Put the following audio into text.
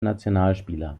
nationalspieler